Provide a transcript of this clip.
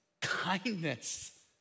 kindness